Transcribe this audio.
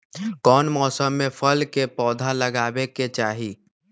कौन मौसम में फल के पौधा लगाबे के चाहि?